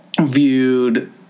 viewed